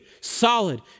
solid